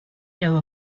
know